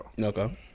Okay